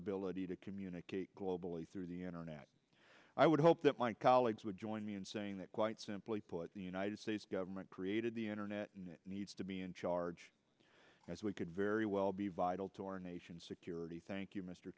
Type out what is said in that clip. ability to communicate globally through the internet i would hope that my colleagues would join me in saying that quite simply put the united states government created the internet and it needs to be in charge as we could very well be vital to our nation's security thank you mr